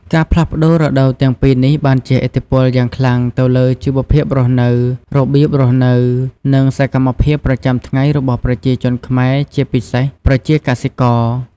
ការផ្លាស់ប្ដូររដូវទាំងពីរនេះបានជះឥទ្ធិពលយ៉ាងខ្លាំងទៅលើជីវភាពរស់នៅ របៀបរស់នៅ និងសកម្មភាពប្រចាំថ្ងៃរបស់ប្រជាជនខ្មែរ ជាពិសេសប្រជាកសិករ។